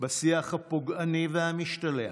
בשיח הפוגעני והמשתלח,